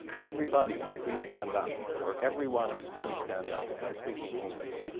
everybody please stand up, or everyone please stand up if i'm speaking english.